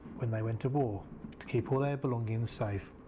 when they went to war to keep all their belongings safe.